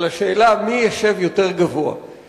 בשאלה מי ישב יותר גבוה.